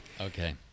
Okay